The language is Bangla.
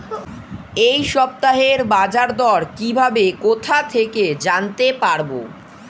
এই সপ্তাহের বাজারদর কিভাবে কোথা থেকে জানতে পারবো?